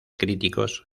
críticos